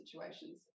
situations